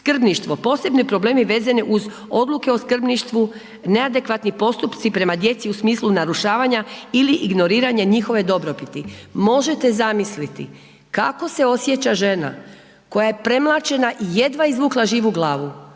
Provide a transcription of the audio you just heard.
posebni problemi vezani uz odluke o skrbništvu, neadekvatni postupci prema djeci u smislu narušavanja ili ignoriranja njihove dobrobiti. Možete zamisliti kako se osjeća žena koja je premlaćena jedva izvukla živu glavu,